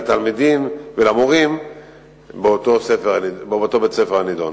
לתלמידים ולמורים בבית-ספר הנדון.